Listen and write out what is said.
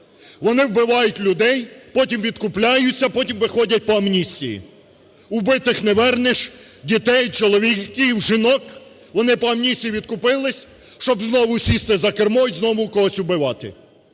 Вони вбивають людей. Потім відкупляються. Потім виходять по амністії. Убитих не вернеш дітей, чоловіків, жінок. Вони по амністії відкупились, щоб знову сісти за кермо і знову когось убивати.